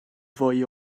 fwy